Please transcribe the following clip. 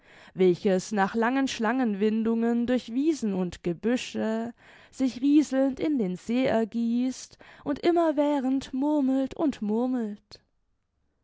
welches nach langen schlangenwindungen durch wiesen und gebüsche sich rieselnd in den see ergießt und immerwährend murmelt und murmelt